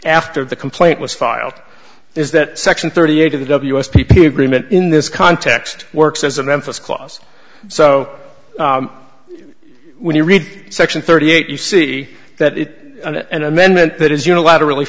after the complaint was filed is that section thirty eight of the ws p p agreement in this context works as a memphis clause so when you read section thirty eight you see that an amendment that is unilaterally